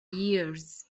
years